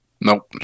Nope